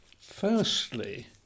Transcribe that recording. firstly